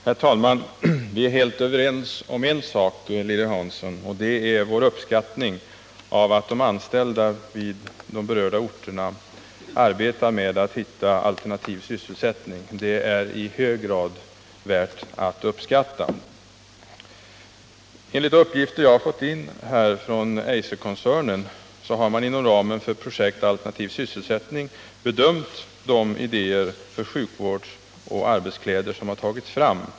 Herr talman! Vi är helt överens om en sak, Lilly Hansson, och det är vår uppskattning av att de anställda i de berörda orterna arbetar med att hitta alternativ sysselsättning. Det är i hög grad värt att uppskatta. Enligt uppgifter som vi har fått in från Eiserkoncernen har man inom ramen för projekt Alternativ sysselsättning bedömt idéerna till sjukvårdsoch arbetskläder.